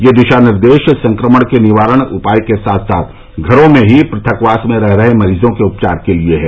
यह दिशा निर्देश संक्रमण के निवारक उपाय के साथ साथ घरों में ही पृथकवास में रह रहे मरीजों के उपचार के लिए हैं